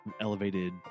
elevated